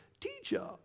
Teacher